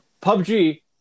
PUBG